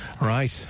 Right